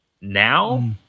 Now